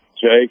Jake